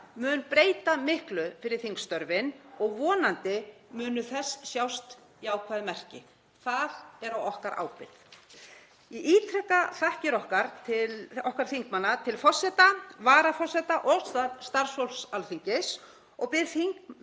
mun breyta miklu fyrir þingstörfin og vonandi munu þess sjást jákvæð merki. Það er á okkar ábyrgð. Ég ítreka þakkir okkar þingmanna til forseta, varaforseta og starfsfólks Alþingis og bið þingheim